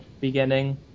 beginning